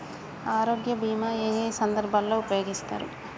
ఆరోగ్య బీమా ఏ ఏ సందర్భంలో ఉపయోగిస్తారు?